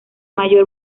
mayor